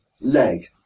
leg